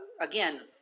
again